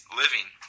living